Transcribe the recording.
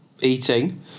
eating